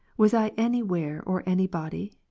was i any where or any body?